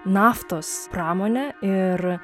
naftos pramone ir